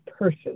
person